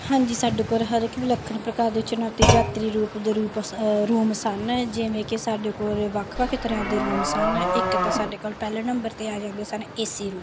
ਹਾਂਜੀ ਸਾਡੇ ਕੋਲ ਹਰ ਇੱਕ ਵਿਲੱਖਣ ਪ੍ਰਕਾਰ ਦੇ ਚੁਣੌਤੀ ਯਾਤਰੀ ਰੂੁਪ ਦੇ ਰੂਪਸ ਰੂਮ ਸਨ ਜਿਵੇਂ ਕਿ ਸਾਡੇ ਕੋਲ ਵੱਖ ਵੱਖ ਤਰ੍ਹਾਂ ਦੇ ਰੂਮਸ ਹਨ ਇੱਕ ਤਾਂ ਸਾਡੇ ਕੋਲ ਪਹਿਲੇ ਨੰਬਰ 'ਤੇ ਆ ਜਾਂਦੇ ਸਨ ਏ ਸੀ ਰੂਮ